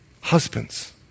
Husbands